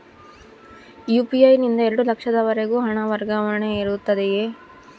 UPI ನಿಂದ ಎರಡು ಲಕ್ಷದವರೆಗೂ ಹಣ ವರ್ಗಾವಣೆ ಇರುತ್ತದೆಯೇ?